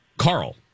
Carl